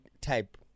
type